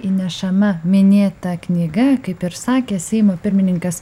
įnešama minėta knyga kaip ir sakė seimo pirmininkas